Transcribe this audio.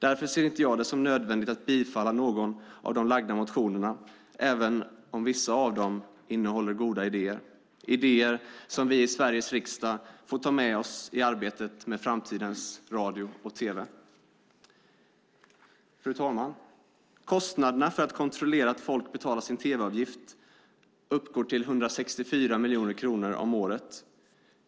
Därför ser jag det inte som nödvändigt att bifalla någon av de lagda motionerna, även om vissa av dem innehåller goda idéer, idéer som vi i Sveriges riksdag får ta med oss i arbetet med framtidens radio och tv. Fru talman! Kostnaderna för att kontrollera att folk betalar sin tv-avgift uppgår till 164 miljoner kronor om året.